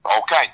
Okay